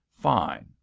fine